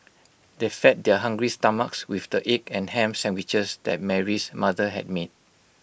they fed their hungry stomachs with the egg and Ham Sandwiches that Mary's mother had made